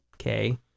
Okay